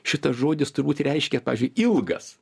šitas žodis turbūt reiškia pavyzdžiui ilgas